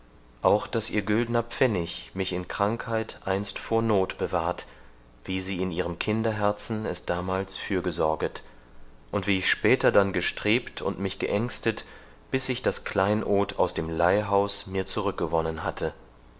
auch daß ihr güldner pfennig mich in krankheit einst vor noth bewahrt wie sie in ihrem kinderherzen es damals fürgesorget und wie ich später dann gestrebt und mich geängstet bis ich das kleinod aus dem leihhaus mir zurückgewonnen hatte